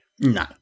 No